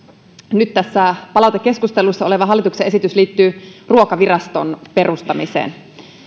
nyt tässä palautekeskustelussa oleva hallituksen esitys liittyy ruokaviraston perustamiseen